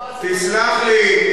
תסלח לי,